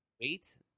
Wait